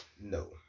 No